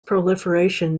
proliferation